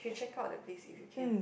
you should check out that place if you can